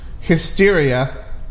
Hysteria